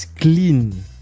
clean